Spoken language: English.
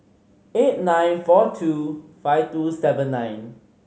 eight nine four two five two seven nine